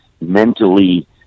mentally